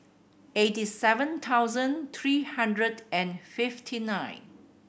eighty seven thousand three hundred and fifty nine